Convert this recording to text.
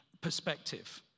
perspective